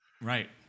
Right